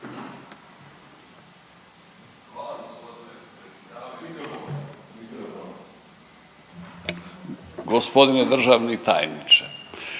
Hvala gospodine predsjedavajući.